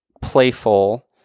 playful